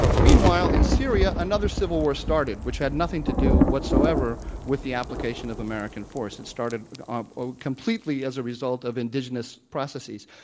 meanwhile in syria another civil war started, which had nothing to do whatsoever with the application of american force. it started um ah completely as a result of indigenous processes.